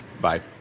Bye